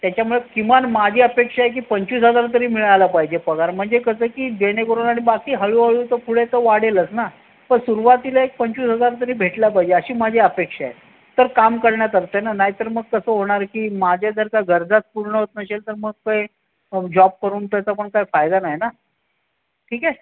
त्याच्यामुळे किमान माझी अपेक्षा आहे की पंचवीस हजार तरी मिळायला पाहिजे पगार म्हणजे कसं की जेणेकरून आणि बाकी हळूहळू तो पुढे तो वाढेलच ना तर सुरुवातीला एक पंचवीस हजार तरी भेटला पाहिजे अशी माझी अपेक्षा आहे तर काम करण्यात अर्थ आहे ना नाही तर मग कसं होणार की माझ्या जर का गरजाच पूर्ण होतं नसेल तर मग काही जॉब करून त्याचा पण काही फायदा नाही ना ठीक आहे